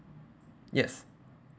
yes